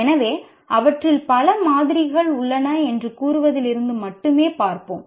எனவே அவற்றில் பல மாதிரிகள் உள்ளன என்று கூறுவதிலிருந்து மட்டுமே பார்ப்போம்